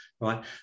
right